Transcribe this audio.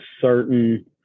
certain